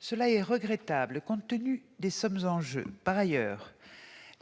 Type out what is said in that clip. C'est regrettable, compte tenu des sommes en jeu. Par ailleurs,